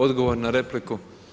Odgovor na repliku.